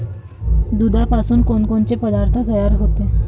दुधापासून कोनकोनचे पदार्थ तयार होते?